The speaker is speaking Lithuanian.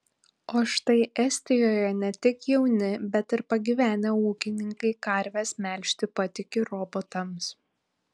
o štai estijoje ne tik jauni bet ir pagyvenę ūkininkai karves melžti patiki robotams